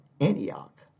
Antioch